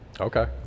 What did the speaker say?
okay